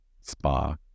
spa